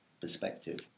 perspective